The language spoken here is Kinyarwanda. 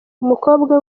umukobwa